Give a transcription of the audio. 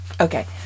Okay